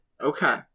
okay